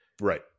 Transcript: Right